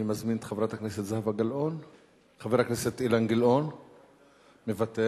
אני מזמין את חבר הכנסת אילן גילאון, מוותר.